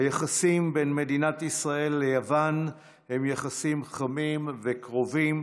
היחסים בין מדינת ישראל ליוון הם יחסים חמים וקרובים,